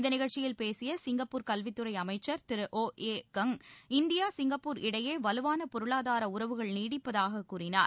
இந்த நிகழ்ச்சியில் பேசிய சிங்கப்பூர் கல்வித்துறை அமைச்சர் திரு Ong Ye Kung India Singapore இடையே வலுவான பொருளாதார உறவுகள் நீடிப்பதாகக் கூறினார்